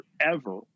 forever